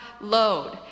load